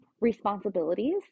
responsibilities